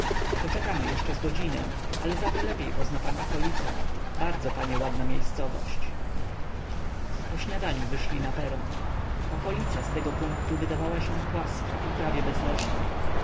poczekamy jeszcze z godzinę ale zato lepiej pozna pan okolicę bardzo panie ładna miejscowość po śniadaniu wyszli na peron okolica z tego punktu wydawała się płaska i prawie bezleśna